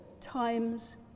times